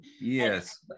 yes